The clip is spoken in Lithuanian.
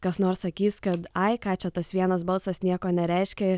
kas nors sakys kad ai ką čia tas vienas balsas nieko nereiškia